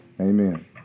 Amen